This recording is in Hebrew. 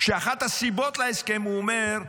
באחת הסיבות להסכם הוא אומר: